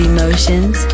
Emotions